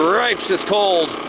cripes, it's cold.